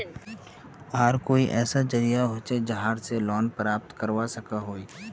आर कोई ऐसा जरिया होचे जहा से लोन प्राप्त करवा सकोहो ही?